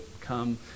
come